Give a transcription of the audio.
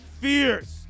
Fierce